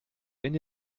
wenn